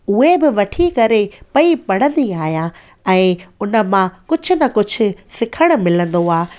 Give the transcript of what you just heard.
उहे बि वठी करे पेई पढ़ंदी आहियां ऐं उनमां कुझु न कुझु सिखणु मिलंदो आहे